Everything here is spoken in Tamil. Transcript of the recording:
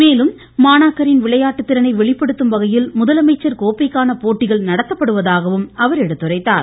மேலும் மாணவர்களின் விளையாட்டு திறனை வெளிப்படுத்தும் வகையில் முதலமைச்சர் கோப்பைக்கான போட்டிகள் நடத்தப்படுவதாகவும் அவர் எடுத்துரைத்தார்